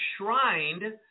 enshrined